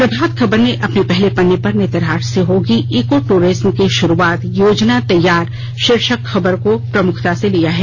प्रभात खबर ने अपने पहले पन्ने पर नेतरहाट से होगी इको दूरिज्म की भा़रूआत योजना तैयार भाीर्शक खबर को प्रमुखता से लिया है